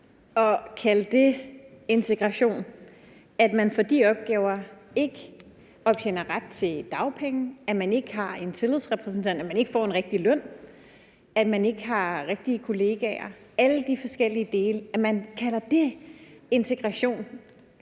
At kalde det integration, at man for de opgaver ikke optjener ret til dagpenge, at man ikke har en tillidsrepræsentant, at man ikke får en rigtig løn, at man ikke har rigtige kollegaer, altså alle de forskellige dele, hvad fortæller det om